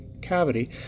cavity